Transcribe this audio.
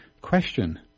question